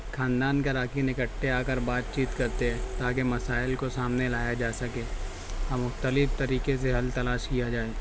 خاندان کے اراکین اکٹھے آ کر بات چیت کرتے ہیں تاکہ مسائل کو سامنے لایا جا سکے اور مختلف طریقے سے حل تلاش کیا جائے